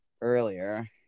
earlier